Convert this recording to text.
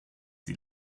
die